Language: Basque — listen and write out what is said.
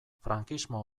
frankismo